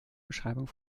beschreibung